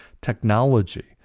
technology